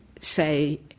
say